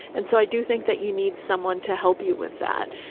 and so i do think that you need someone to help you with that.